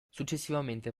successivamente